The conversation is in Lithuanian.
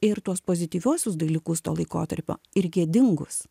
ir tuos pozityviuosius dalykus to laikotarpio ir gėdingus